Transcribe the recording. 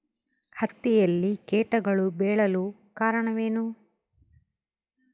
ಹತ್ತಿಯಲ್ಲಿ ಕೇಟಗಳು ಬೇಳಲು ಕಾರಣವೇನು?